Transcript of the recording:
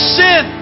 sin